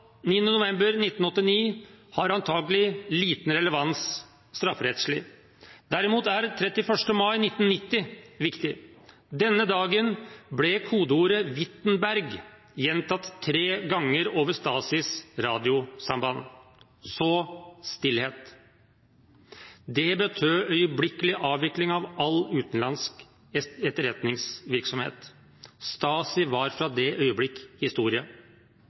9. november 1989 har antakelig liten relevans strafferettslig. Derimot er 31. mai 1990 viktig. Denne dagen ble kodeordet «Wittenberg» gjentatt tre ganger over Stasis radiosamband – så stillhet. Det betød øyeblikkelig avvikling av all utenlandsk etterretningsvirksomhet. Stasi var fra det øyeblikk historie.